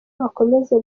bakomeza